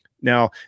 Now